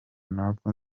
ntabwo